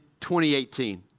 2018